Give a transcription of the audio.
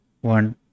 one